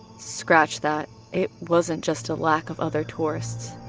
scratch that, it wasn't just a lack of other tourists,